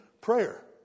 prayer